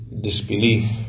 disbelief